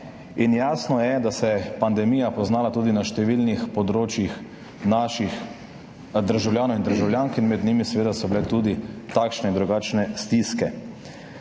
In jasno je, da se je pandemija poznala tudi na številnih področjih naših državljanov in državljank, med njimi so bile tudi takšne in drugačne stiske.